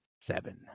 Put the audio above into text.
seven